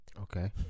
okay